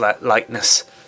lightness